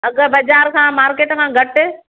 अगरि बजार खां मार्केट खां घटि